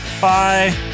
Bye